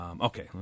Okay